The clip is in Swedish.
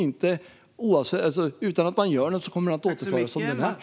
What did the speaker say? Utan att man gör något kommer den att återföras som den är.